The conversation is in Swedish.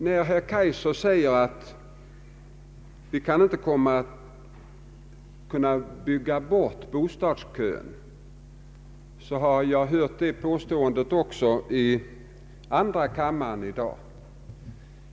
När herr Kaijser säger att vi inte kan bygga bort bostadskön, så har jag hört det påståendet också i andra kammaren i dag.